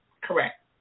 Correct